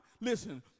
listen